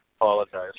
apologize